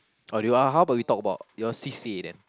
or do you are how about we talk about your c_c_a then